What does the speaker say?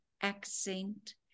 accent